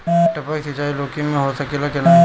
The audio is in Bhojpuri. टपक सिंचाई लौकी में हो सकेला की नाही?